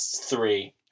three